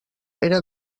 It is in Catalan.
era